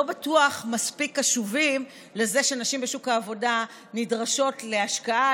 לא בטוח שהם מספיק קשובים לזה שנשים בשוק העבודה נדרשות להשקעה,